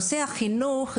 נושא החינוך,